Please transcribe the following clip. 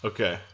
Okay